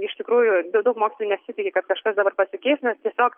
iš tikrųjų daug daug mokytojų nesitiki kad kažkas dabar pasikeis nes tiesiog